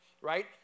right